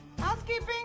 Housekeeping